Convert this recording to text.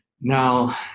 Now